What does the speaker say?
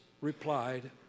replied